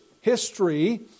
history